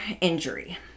injury